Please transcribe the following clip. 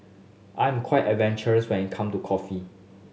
I'm quite adventurous when it come to coffee